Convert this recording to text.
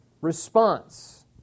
response